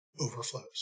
overflows